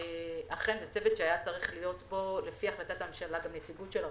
אכן היתה צריכה להיות בו לפי החלטת הממשלה גם נציגות של הרשות.